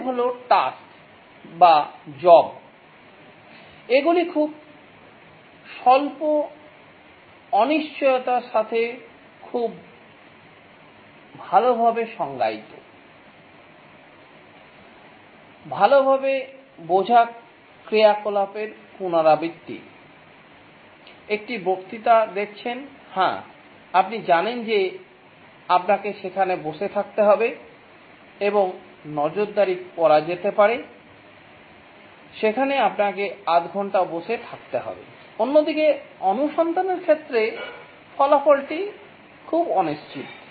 এগুলি হল টাস্ক বা জব এগুলি খুব স্বল্প অনিশ্চয়তার সাথে খুব ভালভাবে সংজ্ঞায়িত ভালভাবে বোঝা ক্রিয়াকলাপের পুনরাবৃত্তি একটি বক্তৃতা দেখছেন হ্যাঁ আপনি জানেন যে আপনাকে সেখানে বসে থাকতে হবে এবং নজরদারি করা যেতে পারে সেখানে আপনাকে আধ ঘন্টা বসে থাকতে হবে অন্যদিকে অনুসন্ধান এর ক্ষেত্রে ফলাফলটি খুব অনিশ্চিত